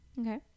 Okay